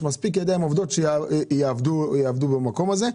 מספיק ידיים עובדות שיעבדו במקום הזה.